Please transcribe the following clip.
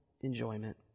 enjoyment